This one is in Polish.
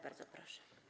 Bardzo proszę.